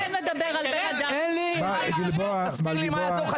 ואני אומר, זו תקלה שאין פרק